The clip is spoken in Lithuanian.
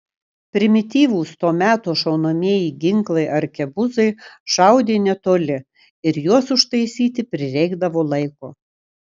primityvūs to meto šaunamieji ginklai arkebuzai šaudė netoli ir juos užtaisyti prireikdavo laiko